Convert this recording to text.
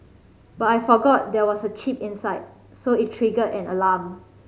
but I forgot there was a chip inside so it triggered an alarm